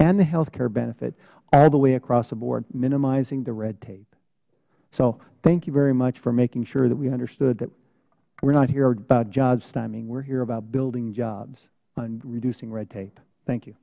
the health care benefit all the way across the board minimizing the red tape so thank you very much for making sure that we understood that we are not here about job we are here about building jobs and reducing red tape thank you